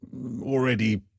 already